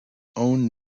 own